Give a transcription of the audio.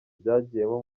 byagiyemo